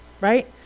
right